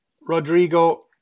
Rodrigo